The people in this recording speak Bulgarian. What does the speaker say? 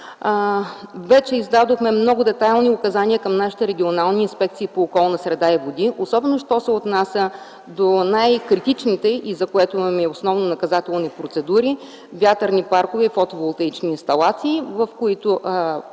вече издадохме много детайлни указания към нашите регионални инспекции по околна среда и води, особено що се отнася до най-критичните и, за което имаме основни наказателни процедури – вятърни паркове и фотоволтаични инсталации, в които